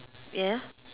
ya